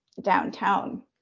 downtown